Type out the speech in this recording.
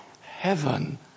heaven